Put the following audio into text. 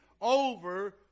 over